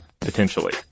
potentially